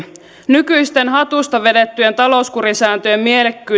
nykyisten hatusta vedettyjen talouskurisääntöjen mielekkyys on